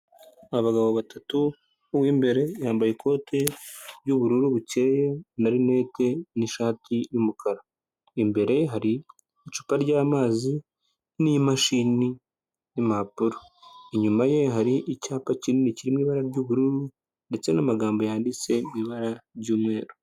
Abagabo batatu uw'imbere yambaye ikote ry'ubururu bukeya na rinete ni'shati y'umukara, imbere hari icupa ryamazi n'imashini impapuro, inyuma ye hari icyapa kinini kirimo ibara ry'ubururu ndetse n''magambo yanditse ibara ry'umweru.